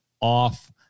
off